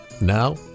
now